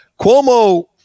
Cuomo